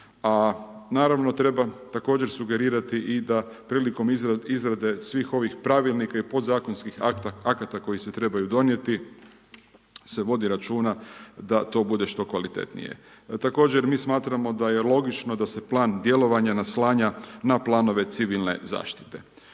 A naravno treba također sugerirati i da prilikom izrade svih ovih pravilnika i podzakonskih akata koji se trebaju donijeti se vodi računa da to bude što kvalitetnije. Također, mi smatramo da je logično da se plan djelovanja naslanja na planove civilne zaštite.